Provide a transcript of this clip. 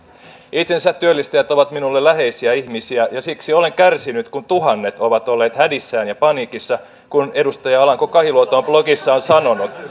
itsensä työllistäjät ovat minulle läheisiä ihmisiä ja siksi olen kärsinyt kun tuhannet ovat olleet hädissään ja paniikissa kun edustaja alanko kahiluoto on blogissaan sanonut